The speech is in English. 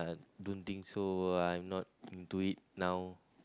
don't think so I'm not into it now